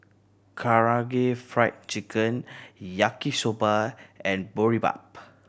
Karaage Fried Chicken Yaki Soba and Boribap